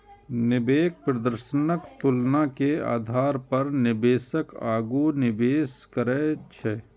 निवेश प्रदर्शनक तुलना के आधार पर निवेशक आगू निवेश करै छै